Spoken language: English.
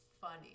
funny